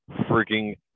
freaking